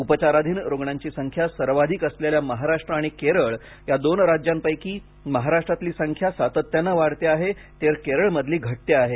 उपचाराधीन रुग्णांची संख्या सर्वाधिक असलेल्या महाराष्ट्र आणि केरळ या दोन राज्यांपैकी महाराष्ट्रातली संख्या सातत्याने वाढते आहे तर केरळमधली घटते आहे